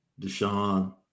Deshaun